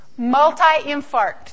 multi-infarct